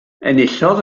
enillodd